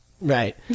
Right